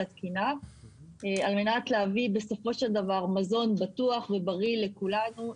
התקינה על מנת להביא בסופו של דבר מזון בטוח ובריא לכולנו,